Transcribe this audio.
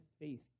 faith